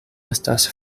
estas